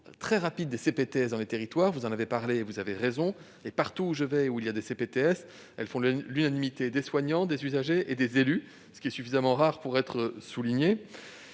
très rapide des CPTS dans les territoires ; vous en avez parlé et vous avez raison : partout où elles se trouvent, ces communautés font l'unanimité des soignants, des usagers et des élus, fait suffisamment rare pour être souligné.